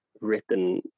written